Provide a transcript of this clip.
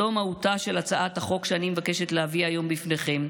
זאת מהותה של הצעת החוק שאני מבקשת להביא היום לפניכם.